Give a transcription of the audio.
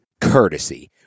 courtesy